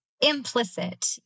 implicit